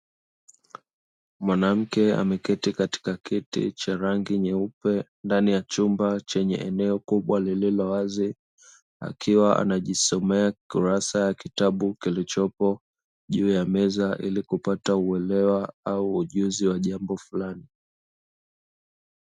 Mwanamke ameketi katika kiti cha rangi nyeupe, ndani ya chumba chenye eneo kubwa lilo wazi. Akiwa anajisomea kurasa za kitabu kilichopo juu ya meza, ili kupata uelewa ujuzi wa jambo fulani.